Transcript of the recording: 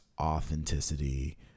authenticity